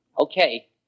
Okay